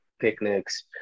picnics